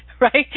right